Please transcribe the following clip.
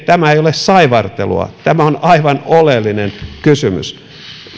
tämä ei ole saivartelua tämä on aivan oleellinen kysymys